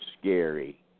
scary